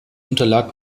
unterlag